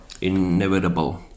inevitable